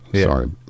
Sorry